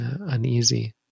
uneasy